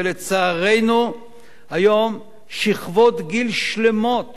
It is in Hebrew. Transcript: ולצערנו היום שכבות גיל שלמות